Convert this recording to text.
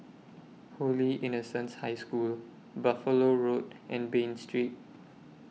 Holy Innocents' High School Buffalo Road and Bain Street